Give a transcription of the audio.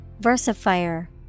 Versifier